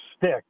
stick